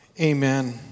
Amen